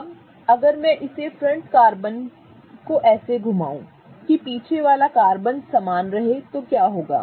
अब अगर मैं इस फ्रंट कार्बन को ऐसे घुमाऊं कि पीछे वाला कार्बन समान रहे तो क्या होगा